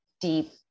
deep